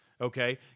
Okay